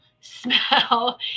smell